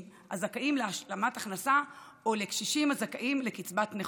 הזכאים להשלמת הכנסה או לקשישים הזכאים לקצבת נכות.